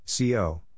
CO